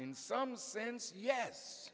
in some sense yes